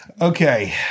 okay